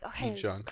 okay